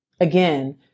Again